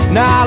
Now